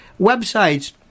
websites